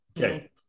Okay